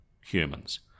humans